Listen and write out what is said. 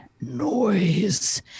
noise